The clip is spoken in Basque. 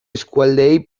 eskualdeei